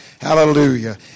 Hallelujah